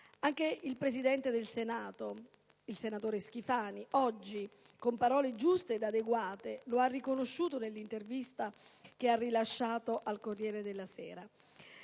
Anche il Presidente del Senato, il senatore Schifani, con parole giuste ed adeguate oggi lo ha riconosciuto nell'intervista rilasciata al «Corriere della Sera».